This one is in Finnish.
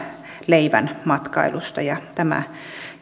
leivän matkailusta ja